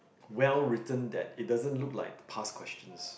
well written that it doesn't look like past questions